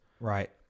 right